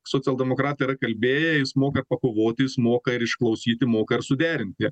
socialdemokratai yra kalbėję jis moka pakovoti jis moka ir išklausyti moka ir suderinti